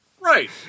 Right